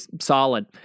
solid